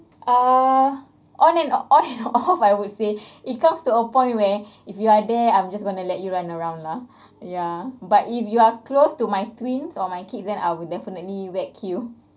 ah on and off off I would say it comes to a point where if you are there I'm just going to let you run around lah ya but if you're close to my twins or my kids then I would definitely whack you